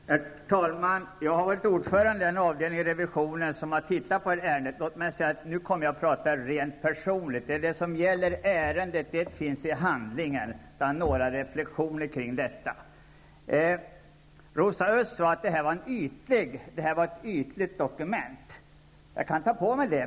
Herr talman! Jag har varit ordförande i den avdelning av riksdagens revisorer som har tittat på ärendet. Jag kommer nu att tala rent personligt. Det som gäller ärendet finns i handlingen. Detta är bara några reflexioner kring detta. Rosa Östh sade att det här var ett ytligt dokument. Jag kan ta på mig det.